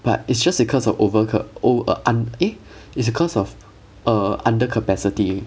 but it's just because of over ca~ over~ err un eh it's because of err under capacity